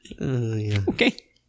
Okay